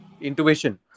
intuition